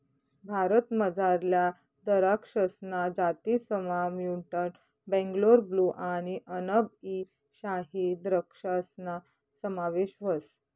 भारतमझारल्या दराक्षसना जातीसमा म्युटंट बेंगलोर ब्लू आणि अनब ई शाही द्रक्षासना समावेश व्हस